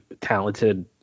Talented